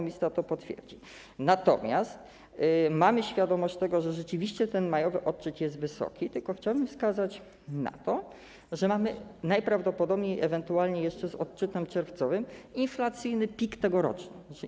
Mamy natomiast świadomość tego, że rzeczywiście ten majowy odczyt jest wysoki, tylko chciałbym wskazać na to, że mamy najprawdopodobniej ewentualnie jeszcze z odczytem czerwcowym inflacyjny pik tegoroczny.